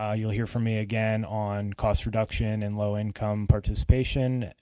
um you will hear from me again on cost reduction and low income participation,